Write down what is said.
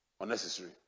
unnecessary